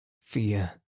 Fear